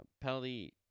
penalty